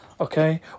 okay